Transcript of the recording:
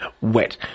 wet